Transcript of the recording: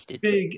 big